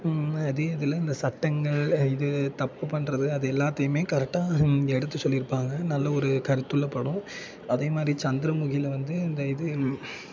அதே இதில் இந்த சட்டங்கள் இது தப்பு பண்ணுறது அது எல்லாத்தையுமே கரெக்டாக எடுத்து சொல்லியிருப்பாங்க நல்ல ஒரு கருத்துள்ள படம் அதேமாதிரி சந்திரமுகியில வந்து இந்த இது